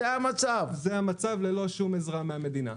זה המצב ללא שום עזרה מהמדינה.